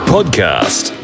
Podcast